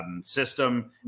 system